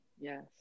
Yes